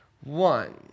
one